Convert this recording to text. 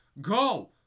go